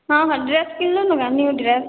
ହଁ ହଁ ଡ୍ରେସ୍ କିଣିଳୁନୁ କେ ନ୍ୟୁ ଡ୍ରେସ୍